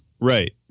right